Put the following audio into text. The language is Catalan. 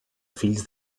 fills